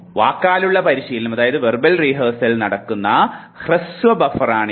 വാക്കാലുള്ള പരിശീലനം നടക്കുന്ന ഹ്രസ്വ ബഫറാണിത്